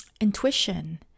intuition